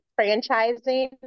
franchising